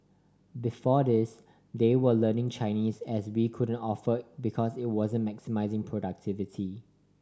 before this they were learning Chinese as we couldn't offer because it wasn't maximising productivity